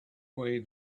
way